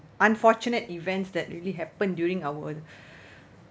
unfortunate events that really happened during our